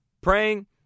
praying